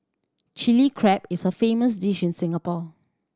Chilli Crab is a famous dish in Singapore